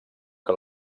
que